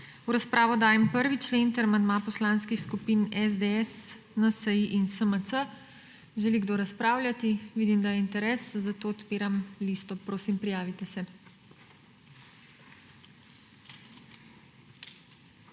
V razpravo dajem 1. člen ter amandma Poslanskih skupin SDS, NSi in SMC. Želi kdo razpravljati? Vidim, da je interes, zato odpiram listo. Prosim, prijavite se.